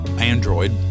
Android